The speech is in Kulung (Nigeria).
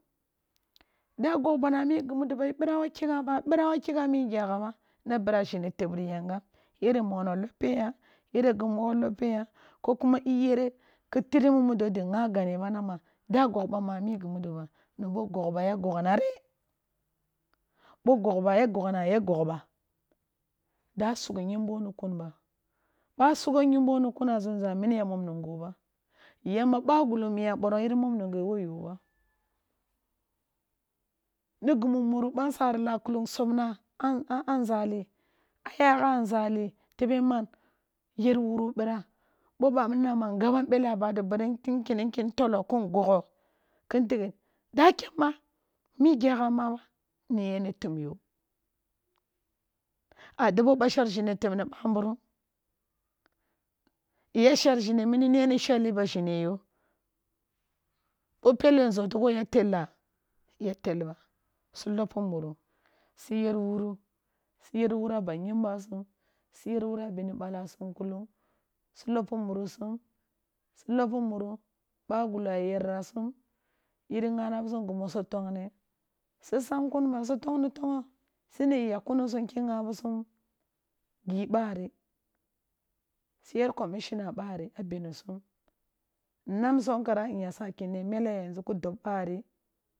Da gọgh ban amii gi mudo ba i ɓira wo kigha ba a bira wo kigha amii giagha ba. Na bra zhune tabri yagami mọghọ lọppe ya, yere gi mọghọ lọppe ya, yere gi mọghọ lọppe ya ko kuma. I yere kitri di nga gane ba na ma da gọgh ɓamaa ammii-gi mudo ba na bo gọgh ba ya gọghnare bo gogh ba ya goghna ya gọgh ba da sugh ngumbo ni kun ba ba sugho ngunbo ni kun a zumza miniya mọm nunggo ba yamba bagulo miya ɓọrong yiri mọm nungge wo yo ba. Ni gi mu mur bansari laa kulung sọbna a a nzali, a yaagha a nzali ɓo ɓa mini na ma n gabam ɓḛlḛ a bado beri kin kyḛnḛ kyen tọ lọ kin gọghọ kin tighe da kyḛn ba mii giagha ma ba. Ni yen ni tum yo? A dob oba shḛr zhine təb ni ɓamburum, ya shḛr zhune mini ni yen ni shaghli ba zhine yo? Bo pelle nzotigho ya tella? Ya tel ba. Si lọppi maru, si yer wuru si yer wuru a bani ɓalaa sum kulung si lọppi muru sum si lọppe muru bagulo ya yer sum yin nga na bi sum gi mu si tọngni, si sang kun ba si tọngni-tọngọ sina i yagh kuni sum ki nga bi sum gi ɓare, si yḛr kọmi shina ɓari a bini sum n nam sọng kara n saki ne me le yanzu ki dọb ɓari.